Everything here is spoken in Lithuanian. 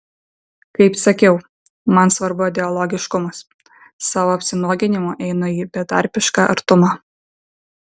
kaip sakiau man svarbu dialogiškumas savo apsinuoginimu einu į betarpišką artumą